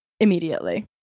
immediately